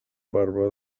barba